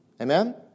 Amen